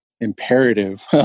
imperative